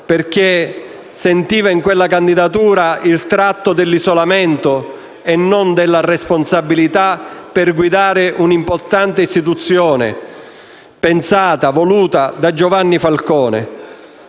perché sentiva in quella candidatura il tratto dell'isolamento e non della responsabilità di guidare una importante istituzione, pensata e voluta da Giovanni Falcone.